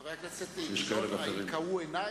חבר הכנסת גילאון, האם כהו עיני?